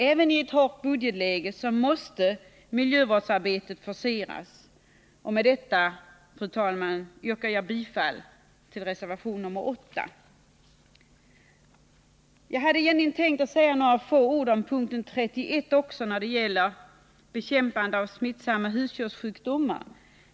Även i ett hårt budgetläge måste miljövårdsarbetet forceras. Med detta, fru talman, yrkar jag bifall till reservation nr 8. Jag hade egentligen tänkt säga något också om punkten 31 angående bekämpande av smittsamma husdjurssjukdomar.